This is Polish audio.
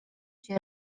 się